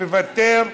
מוותר,